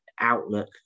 outlook